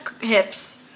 hips